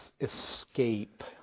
escape